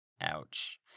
Ouch